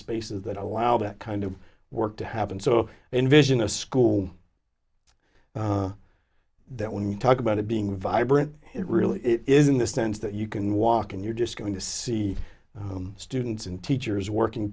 spaces that allow that kind of work to happen so envision a school that when you talk about it being vibrant it really is in the sense that you can walk in you're just going to see students and teachers working